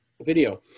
video